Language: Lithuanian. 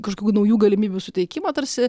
kažkokių naujų galimybių suteikimą tarsi